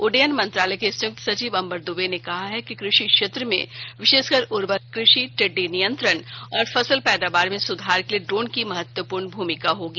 उड्डयन मंत्रालय के संयुक्त सचिव अम्बर दुबे ने कहा है कि कृषि क्षेत्र में विशेषकर ऊर्वर कृषि टिड्डी नियंत्रण और फसल पैदावार में सुधार के लिए ड्रोन की महत्वपूर्ण भूमिका होगी